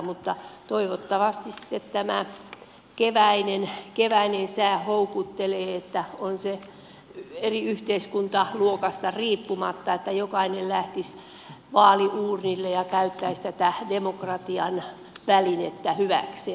mutta toivottavasti sitten tämä keväinen sää houkuttelee että eri yhteiskuntaluokista riippumatta jokainen lähtisi vaaliuurnille ja käyttäisi tätä demokratian välinettä hyväkseen